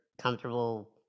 comfortable